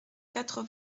quatre